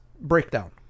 breakdown